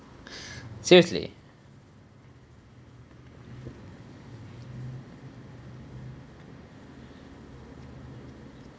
seriously